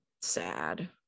sad